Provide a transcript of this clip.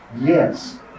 Yes